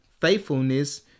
faithfulness